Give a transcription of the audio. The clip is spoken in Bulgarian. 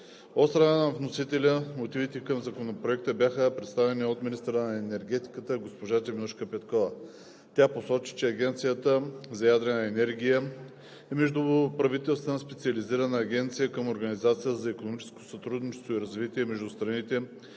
страна на вносителя мотивите към Законопроекта бяха представени от министъра на енергетиката госпожа Теменужка Петкова. Тя посочи, че Агенцията за ядрена енергия е междуправителствена специализирана агенция към Организацията за икономическо сътрудничество и развитие между страните,